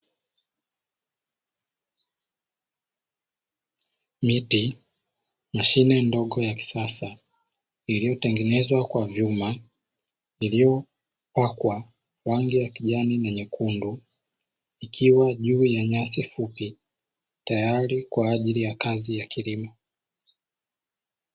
Miti, mashine ndogo ya kisasa iliyotengenezwa kwa vyuma, iliyopakwa rangi ya kijani na nyekundu. Ikiwa juu ya nyasi fupi tayari kwa ajili ya kazi ya kilimo.